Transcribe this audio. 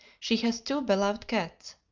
she has two beloved cats.